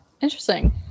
Interesting